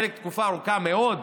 חלק תקופה ארוכה מאוד.